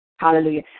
Hallelujah